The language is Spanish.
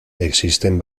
existen